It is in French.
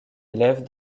élève